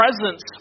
presence